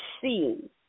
seen